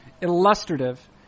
illustrative